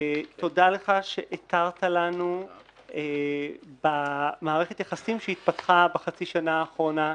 תודה לך שהתרת לנו במערכת היחסים שהתפתחה בחצי השנה האחרונה,